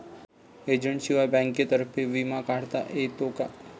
एजंटशिवाय बँकेतर्फे विमा काढता येतो का?